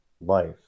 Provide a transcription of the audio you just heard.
life